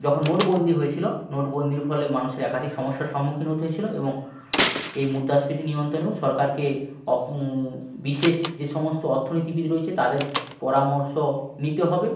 যখন নোট বন্দি হয়েছিলো নোট বন্দির ফলে মানুষের একাধিক সমস্যার সম্মুখীন হতে হয়েছিলো এবং এই মুদ্রাস্ফীতি নিয়ন্তণেও সরকারকে বিশেষ যে সমস্ত অর্থনীতিবিদ রয়েছে তাদের পরামর্শও নিতে হবে